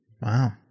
Wow